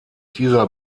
dieser